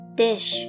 dish